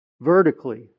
vertically